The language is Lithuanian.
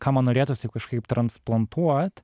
ką man norėtųs taip kažkaip transplantuot